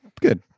good